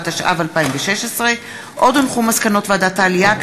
התשע"ו 2016. מסקנות ועדת העלייה,